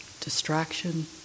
distraction